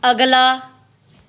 ਅਗਲਾ